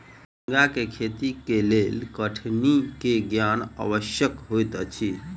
झींगाक खेती के लेल कठिनी के ज्ञान आवश्यक होइत अछि